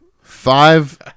Five